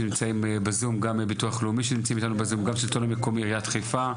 השלטון המקומי בעיריית חיפה,